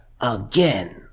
again